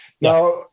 Now